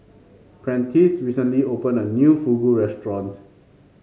Prentiss recently opened a new Fugu Restaurant